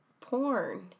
porn